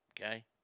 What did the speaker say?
Okay